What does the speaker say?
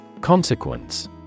Consequence